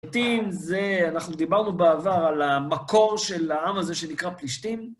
אנחנו דיברנו בעבר על המקור של העם הזה שנקרא פלישתים.